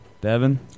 Devin